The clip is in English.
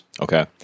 Okay